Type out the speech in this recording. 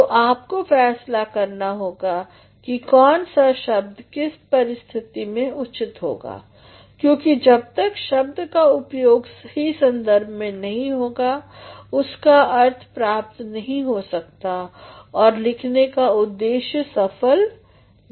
तो आपको फैसला करना होगा कि कौन सा शब्द किस परिस्थिति में उचित होगा क्योंकि जब तक शब्द का प्रयोग सही संदर्भ में नहीं होगा उसका अर्थ प्राप्त नहीं हो सकता और लिखने का उद्देश्य असफल है